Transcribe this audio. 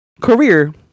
career